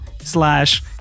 slash